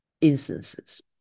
instances